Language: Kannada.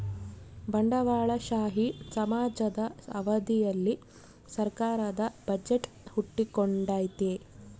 ಬಂಡವಾಳಶಾಹಿ ಸಮಾಜದ ಅವಧಿಯಲ್ಲಿ ಸರ್ಕಾರದ ಬಜೆಟ್ ಹುಟ್ಟಿಕೊಂಡೈತೆ